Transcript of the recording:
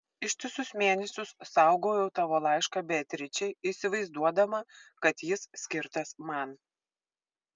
ištisus mėnesius saugojau tavo laišką beatričei įsivaizduodama kad jis skirtas man